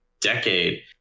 decade